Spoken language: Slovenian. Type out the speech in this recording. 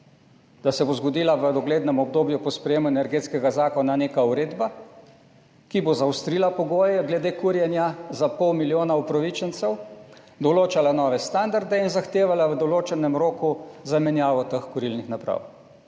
Da se bo zgodila v doglednem obdobju po sprejetju energetskega zakona neka uredba, ki bo zaostrila pogoje glede kurjenja za pol milijona upravičencev, določala nove standarde in zahtevala v določenem roku zamenjavo teh kurilnih naprav.